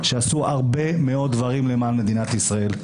שעשו הרבה מאוד דברים למען מדינת ישראל.